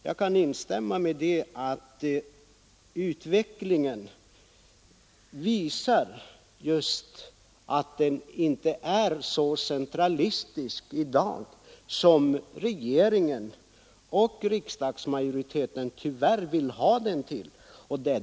Jag kan hålla med om att utvecklingen i dag inte är så centralistisk som regeringen och riksdagsmajoriteten tyvärr vill ha den.